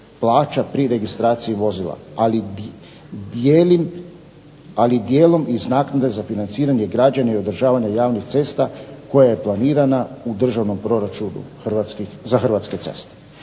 plaća pri registraciji vozila, ali dijelom iz naknade za financiranje, građenje i održavanje javnih cesta koja je planirana u državnom proračunu za Hrvatske ceste.